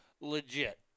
legit